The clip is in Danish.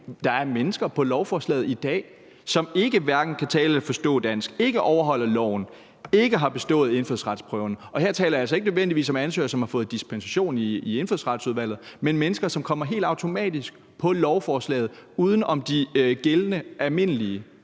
der er mennesker på lovforslaget i dag, som hverken kan tale eller forstå dansk, ikke overholder loven, ikke har bestået indfødsretsprøven. Og her taler jeg altså ikke nødvendigvis om ansøgere, som har fået dispensation i Indfødsretsudvalget, men om mennesker, som helt automatisk kommer på lovforslaget uden om de gældende almindelige